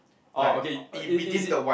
orh okay i~ is it